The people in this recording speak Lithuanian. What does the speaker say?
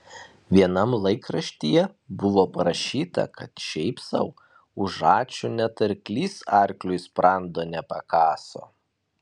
vienam laikraštyje buvo parašyta kad šiaip sau už ačiū net arklys arkliui sprando nepakaso